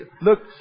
Look